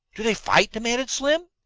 do they fight? demanded slim.